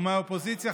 ומהאופוזיציה,